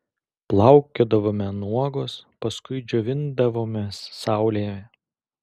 plaukiodavome nuogos paskui džiovindavomės saulėje